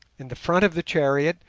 in the front of the chariot,